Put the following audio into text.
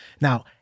Now